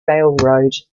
railroad